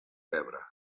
pebre